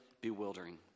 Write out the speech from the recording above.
bewildering